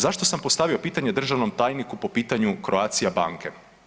Zašto sam postavio pitanje državnom tajniku po pitanju Croatia banke?